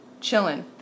chilling